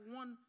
one